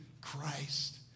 Christ